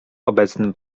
obecnym